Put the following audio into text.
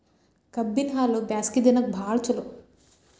ಕಬ್ಬಿನ ಹಾಲು ಬ್ಯಾಸ್ಗಿ ದಿನಕ ಬಾಳ ಚಲೋ